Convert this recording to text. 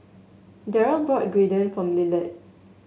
Derrell bought Gyudon for Lillard